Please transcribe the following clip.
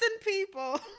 people